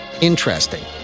Interesting